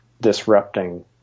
disrupting